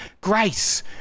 grace